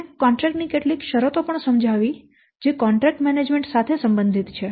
આપણે કોન્ટ્રેક્ટ ની કેટલીક શરતો પણ સમજાવી જે કોન્ટ્રેક્ટ મેનેજમેન્ટ સાથે સંબંધિત છે